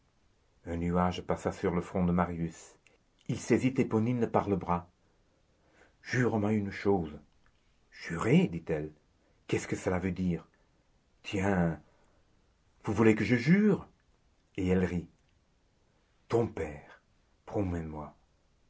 un nuage passa sur le front de marius il saisit éponine par le bras jure-moi une chose jurer dit-elle qu'est-ce que cela veut dire tiens vous voulez que je jure et elle rit ton père promets-moi